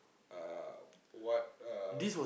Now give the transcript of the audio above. uh what uh